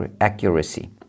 accuracy